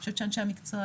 אני חושבת שאנשי המקצוע,